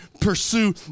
pursue